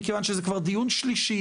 מכיוון שזה כבר דיון שלישי,